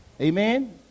Amen